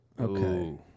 okay